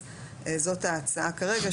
אז זאת ההצעה כרגע,